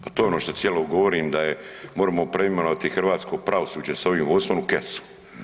Pa to je ono što cijelo govorim da je moremo preimenovati hrvatsko pravosuđe s ovim vodstvom u kesu.